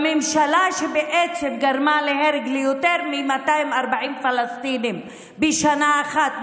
ממשלה שבעצם גרמה להרג של יותר מ-240 פלסטינים בשנה אחת,